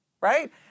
right